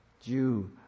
Jew